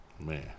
Man